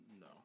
No